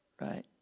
Right